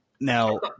Now